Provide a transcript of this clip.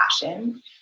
passion